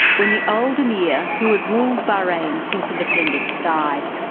when the old emir who had ruled bahrain since independence died.